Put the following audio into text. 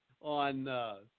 on –